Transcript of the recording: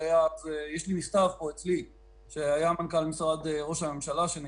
שהיה אז מנכ"ל משרד ראש הממשלה יש לי נספח